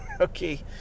Okay